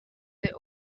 their